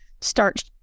start